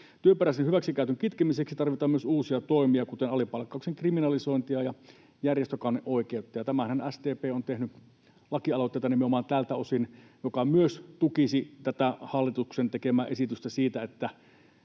Työperäisen hyväksikäytön kitkemiseksi tarvitaan myös uusia toimia, kuten alipalkkauksen kriminalisointia ja järjestökanneoikeutta, ja SDP:hän onkin tehnyt lakialoitteita nimenomaan tältä osin, mikä myös tukisi tätä hallituksen tekemää esitystä siitä,